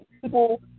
People